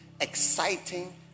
exciting